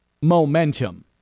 momentum